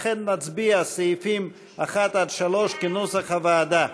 לכן נצביע על סעיפים 1 3, כנוסח הוועדה.